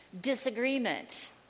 disagreement